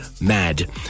mad